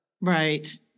Right